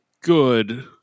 good